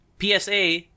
PSA